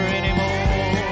anymore